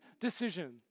decision